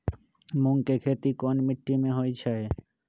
मूँग के खेती कौन मीटी मे होईछ?